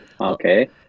Okay